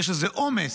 יש איזה עומס.